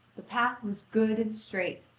the path was good and straight,